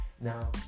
Now